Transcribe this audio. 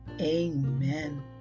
amen